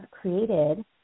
created